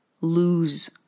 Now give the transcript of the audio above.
lose